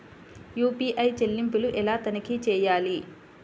UPI చెల్లింపులు ఎలా తనిఖీ చేయాలి?